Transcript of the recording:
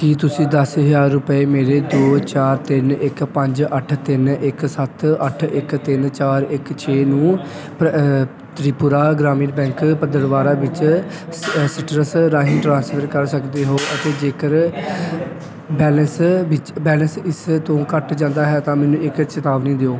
ਕੀ ਤੁਸੀਂਂ ਦਸ ਹਜ਼ਾਰ ਰੁਪਏ ਮੇਰੇ ਦੋ ਚਾਰ ਤਿੰਨ ਇੱਕ ਪੰਜ ਅੱਠ ਤਿੰਨ ਇੱਕ ਸੱਤ ਅੱਠ ਇੱਕ ਤਿੰਨ ਚਾਰ ਇੱਕ ਛੇ ਨੂੰ ਪ੍ਰ ਤ੍ਰਿਪੁਰਾ ਗ੍ਰਾਮੀਣ ਬੈਂਕ ਪੰਦਰਵਾੜਾ ਵਿੱਚ ਸੀਟਰਸ ਰਾਹੀਂ ਟ੍ਰਾਂਸਫਰ ਕਰ ਸਕਦੇ ਹੋ ਅਤੇ ਜੇਕਰ ਬੈਲੇਂਸ ਵਿੱਚ ਬੈਲੇਂਸ ਇਸ ਤੋਂ ਘੱਟ ਜਾਂਦਾ ਹੈ ਤਾਂ ਮੈਨੂੰ ਇੱਕ ਚੇਤਾਵਨੀ ਦਿਓ